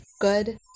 Good